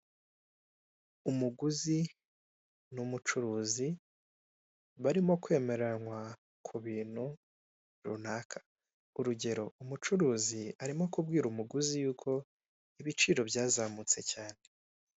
Umuguzi n'umucuruzi barimo kwemerana ku bintu runaka, urugero: umucurizi arimo arabwira umuguzi yuko ibiciro byazamutse cyane.